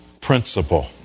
principle